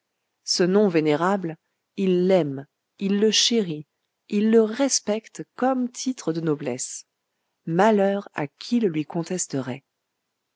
ce non vénérable il l'aime il le chérit il le respecte comme titre de noblesse malheur à qui le lui contesterait